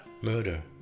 Murder